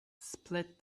split